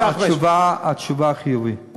הפוטנציאל של התיירות במדינת ישראל הוא פוטנציאל עצום.